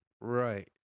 Right